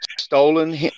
stolen